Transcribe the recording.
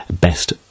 Best